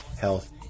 health